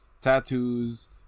tattoos